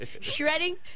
Shredding